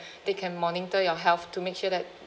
they can monitor your health to make sure that